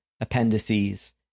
appendices